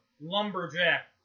lumberjack